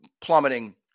plummeting